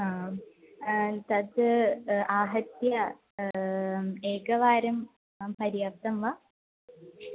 आम् तत् आहत्य एकवारं पर्याप्तं वा